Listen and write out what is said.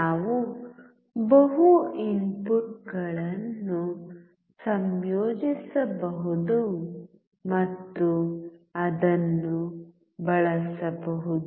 ನಾವು ಬಹು ಇನ್ಪುಟ್ಗಳನ್ನು ಸಂಯೋಜಿಸಬಹುದು ಮತ್ತು ಅದನ್ನು ಬಳಸಬಹುದು